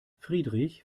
friedrich